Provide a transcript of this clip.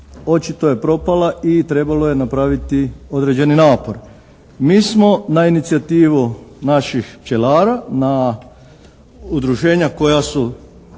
očito je propala i trebalo je napraviti određeni napor. Mi smo na inicijativu naših pčelara na udruženja koja su